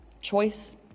choice